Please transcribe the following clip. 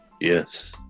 yes